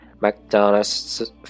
McDonald's